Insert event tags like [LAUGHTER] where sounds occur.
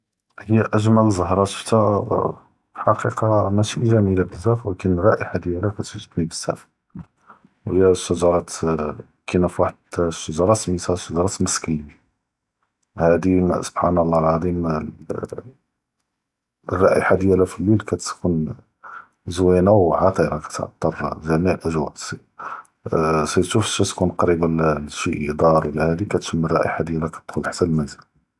היא אגמל זהרה שפתה [HESITATION] אלח’קיקה מישי ג’מילה בזאף, ואלא ריח’תה דיאלה כתג’עבני בזאף, היא שג’רה אה כאינה פ וחד אלשג’רה ס’מיתה שג’רה מסק אלליל, האדא סובח’אן אללה אלע’זים, אלריח’תה דיאלה פ אלליל כיתכון זוינה ו עטרה, כית’תר ג’מי’ע אלאג’ווא’, סירתו פאש יתכון קריב לשי דאר להדי כיתשמ אלריח’תה דיאלה, כיתכ’דל ח’תא אלמןזל.